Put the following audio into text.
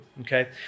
Okay